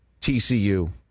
TCU